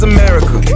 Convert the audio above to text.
America